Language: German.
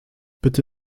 bitte